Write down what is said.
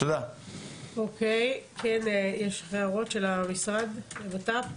יש הערות של משרד הבט"פ?